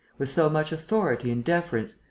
with so much authority and deference,